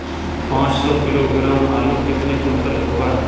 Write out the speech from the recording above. पाँच सौ किलोग्राम आलू कितने क्विंटल होगा?